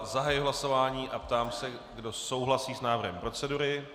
Zahajuji hlasování a ptám se, kdo souhlasí s návrhem procedury.